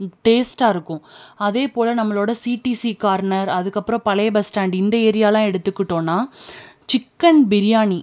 டேஸ்ட்டாருக்கும் அதேபோல் நம்மளோட C D C corner அதுக்கப்பறம் பழைய பஸ் ஸ்டாண்டு இந்த ஏரியாலாம் எடுத்துக்கிட்டோனா சிக்கன் பிரியாணி